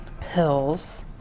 pills